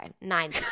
nine